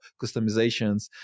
customizations